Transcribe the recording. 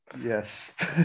Yes